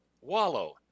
Wallow